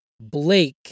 Blake